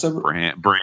brand